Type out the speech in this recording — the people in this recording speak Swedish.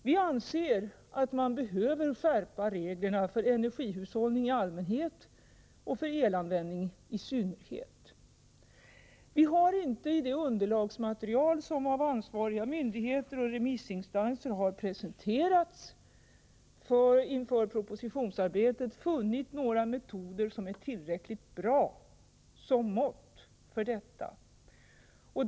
Vi anser att man behöver skärpa reglerna för energihushållning i allmänhet och elanvändning i synnerhet. Vi har inte i det underlagsmaterial som av ansvariga myndigheter och remissinstanser har presenterats inför propositionsarbetet funnit några metoder som är tillräckligt bra som mått för detta.